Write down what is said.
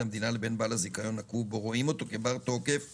המדינה לבעל הזיכיון רואים אותו כבעל תוקף